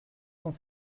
cent